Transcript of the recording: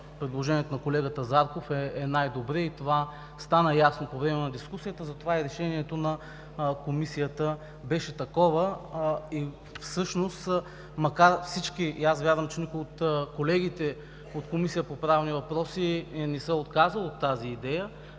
предложението на колегата Зарков, е най-добрият. И това стана ясно по време на дискусията, затова и решението на Комисията беше такова. Всъщност всички, и аз вярвам, че никой от колегите от Комисията по правни въпроси не се е отказал от тази идея,